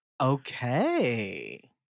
Okay